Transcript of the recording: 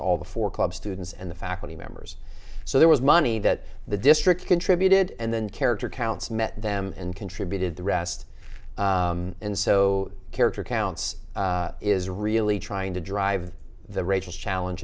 to all the four club students and the faculty members so there was money that the district contributed and then character counts met them and contributed the rest and so character counts is really trying to drive the races challenge